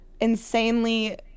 insanely